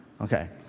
Okay